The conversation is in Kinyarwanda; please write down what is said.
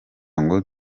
ngo